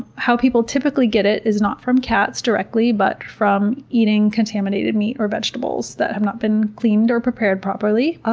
how people typically get it is not from cats directly, but from eating contaminated meat or vegetables that have not been cleaned or prepared properly,